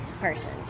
person